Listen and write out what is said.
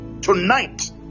tonight